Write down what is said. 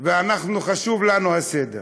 ואנחנו, חשוב לנו הסדר,